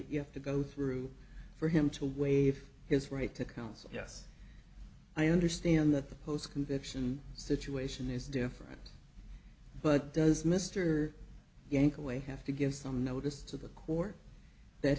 you have to go through for him to waive his right to counsel yes i understand that the post conviction situation is different but does mr yank away have to give some notice to the court that